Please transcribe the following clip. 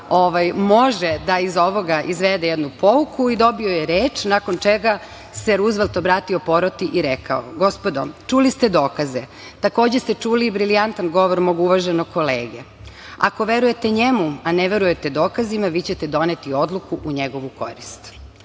može da iz ovoga izvede jednu pouku i dobio je reč nakon čega se Ruzvelt obratio poroti i rekao: „Gospodo, čuli ste dokaze. Takođe ste čuli brilijantan govor mog uvaženog kolege. Ako verujete njemu, a ne verujete dokazima, vi ćete doneti odluku u njegovu korist“.